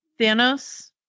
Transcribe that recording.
Thanos